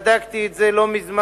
בדקתי את זה לא מזמן,